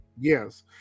yes